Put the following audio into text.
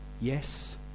Yes